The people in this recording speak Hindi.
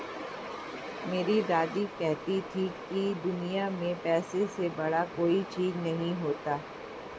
मेरी दादी कहती थी कि दुनिया में पैसे से बड़ा कोई चीज नहीं होता